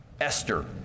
Esther